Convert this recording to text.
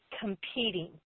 competing